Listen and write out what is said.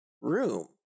room